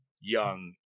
young